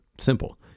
Simple